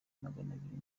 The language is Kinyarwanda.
maganabiri